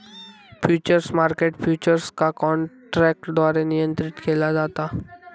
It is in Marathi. फ्युचर्स मार्केट फ्युचर्स का काँट्रॅकद्वारे नियंत्रीत केला जाता